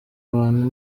abantu